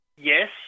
yes